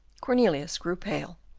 cornelius grew pale.